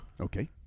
Okay